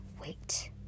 wait